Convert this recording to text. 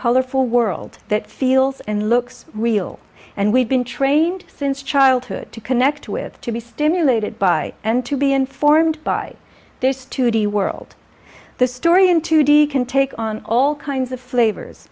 colorful world that feels and looks real and we've been trained since childhood to connect with to be stimulated by and to be informed by this to the world the story in two d can take on all kinds of flavors